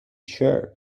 sure